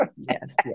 Yes